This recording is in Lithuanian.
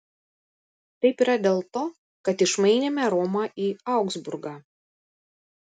taip yra dėl to kad išmainėme romą į augsburgą